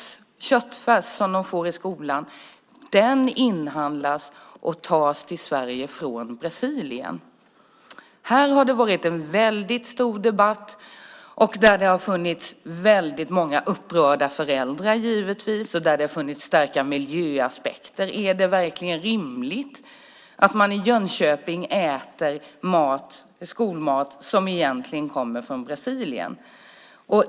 Den köttfärs som de får i skolan inhandlas och tas till Sverige från Brasilien. Här har det varit en väldig stor debatt. Det har givetvis funnits väldigt många upprörda föräldrar och starka miljöaspekter. Är det verkligen rimligt att man i Jönköping äter skolmat som egentligen kommer från Brasilien?